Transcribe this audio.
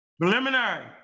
Preliminary